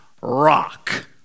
rock